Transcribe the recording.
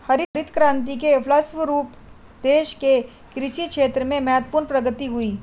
हरित क्रान्ति के फलस्व रूप देश के कृषि क्षेत्र में महत्वपूर्ण प्रगति हुई